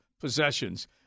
possessions